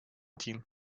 tin